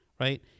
Right